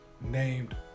named